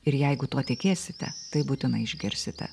ir jeigu tuo tikėsite tai būtinai išgirsite